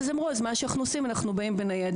הם אמרו: אז מה שאנחנו עושים הוא שאנחנו באים בניידת